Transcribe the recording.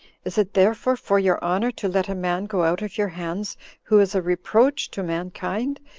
is it therefore for your honor to let a man go out of your hands who is a reproach to mankind,